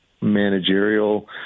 managerial